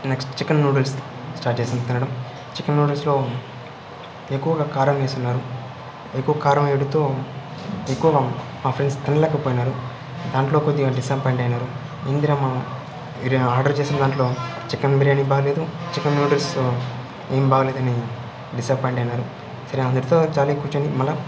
next chicken noodles start చేసాం తినడం chicken నూడిల్స్లో ఎక్కువగా కారం వేసి ఉన్నారు ఎక్కువ కారం వేయడంతో ఎక్కువగా మా ఫ్రెండ్స్ తినలేకపోయినారు దాంట్లో కొద్దిగా డిసప్పాయింట్ అయినారు ఏందిరామా ఆర్డర్ చేసిన దాంట్లో చికెన్ బిర్యానీ బాగాలేదు చికెన్ నూడిల్స్ ఏం బాగాలేదు అని డిసప్పాయింట్ అయినారు సరే అందరితో జాలీగా కూర్చొని మల్ల